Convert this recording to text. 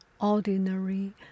ordinary